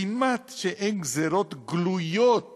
כמעט שאין גזירות גלויות